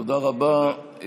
תודה רבה.